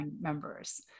members